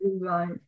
Right